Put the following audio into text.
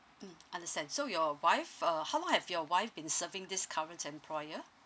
mm understand so your wife uh how long have your wife been serving this current employer